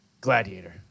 Gladiator